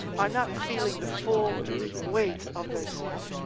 are not feeling the full weight of their sin.